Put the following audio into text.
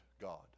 God